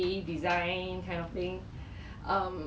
okay fifty dollars lor